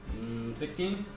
16